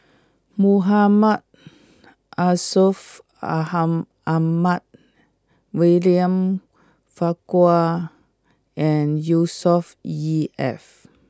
Muhammad are solve Aha Ahmad William Farquhar and E F